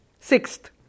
Sixth